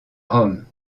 rome